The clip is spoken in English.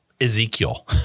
Ezekiel